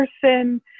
person